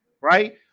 right